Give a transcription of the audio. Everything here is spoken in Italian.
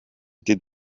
dei